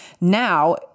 now